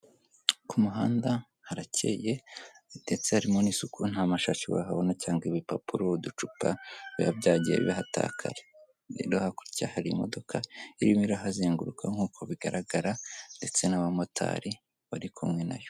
Ku muhanda haracyeye ndetse harimo n'isuku nta mashashi wahabona cyangwa ibipapuro uducupa biba byagiye bihatakaye, rero hakurya hari imodo irimo irahazenguruka nk'uko bigaragara ndetse n'abamotari bari kumwe nayo.